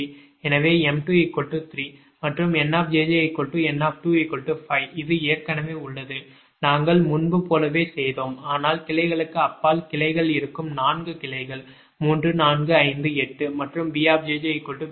எனவே m2 3 மற்றும் NjjN25 இது ஏற்கனவே உள்ளது நாங்கள் முன்பு போலவே செய்தோம் ஆனால் கிளைகளுக்கு அப்பால் கிளைகள் இருக்கும் 4 கிளைகள் 3 4 5 8 மற்றும் BjjB24